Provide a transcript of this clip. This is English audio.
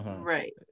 Right